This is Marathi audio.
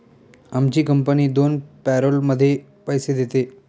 आमची कंपनी दोन पॅरोलमध्ये पैसे देते